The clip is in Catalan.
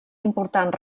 important